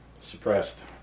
suppressed